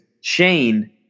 Shane